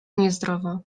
niezdrowo